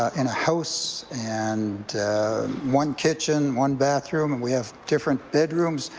and a house, and one kitchen, one bath room, and we have different bedrooms,